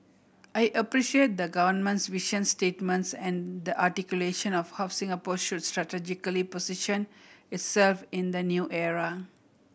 I appreciate the Government's vision statements and the articulation of how Singapore should strategically position itself in the new era